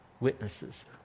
witnesses